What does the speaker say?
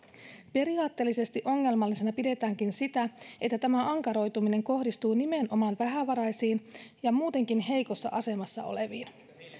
periaatteellisesti ongelmallisena pidetäänkin sitä että tämä ankaroituminen kohdistuu nimenomaan vähävaraisiin ja muutenkin heikossa asemassa oleviin